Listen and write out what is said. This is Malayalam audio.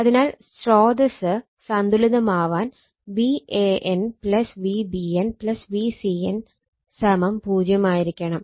അതിനാൽ സ്രോതസ്സ് സന്തുലിതമാവാൻ Van Vbn Vcn 0 ആയിരിക്കണം